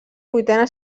vuitena